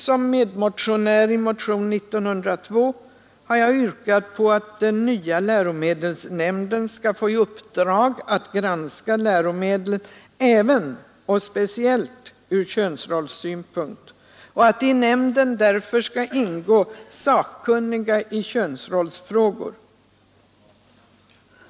Som medmotionär i motionen 1902 har jag yrkat att den nya läromedelsnämnden skall få i uppdrag att granska läromedlen även — och speciellt — ur könsrollssynpunkt och att det därför i nämnden skall ingå sakkunniga i könsrollsfrågor.